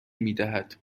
میدهد